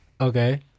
Okay